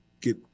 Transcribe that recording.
get